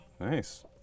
Nice